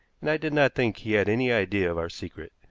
and i did not think he had any idea of our secret.